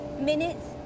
minutes